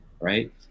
right